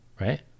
Right